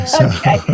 okay